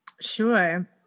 Sure